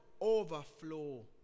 overflow